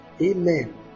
Amen